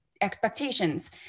expectations